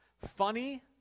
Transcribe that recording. funny